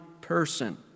person